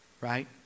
right